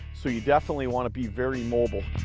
so you definitely want to be very mobile.